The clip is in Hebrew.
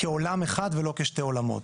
כעולם אחד ולא כשני עולמות.